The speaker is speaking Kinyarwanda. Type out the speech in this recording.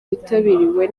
witabiriwe